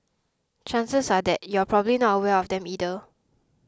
chances are that you're probably not aware of them either